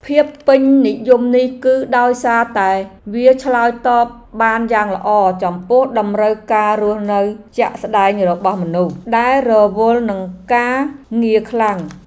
ភាពពេញនិយមនេះគឺដោយសារតែវាឆ្លើយតបបានយ៉ាងល្អចំពោះតម្រូវការរស់នៅជាក់ស្ដែងរបស់មនុស្សដែលរវល់នឹងការងារខ្លាំង។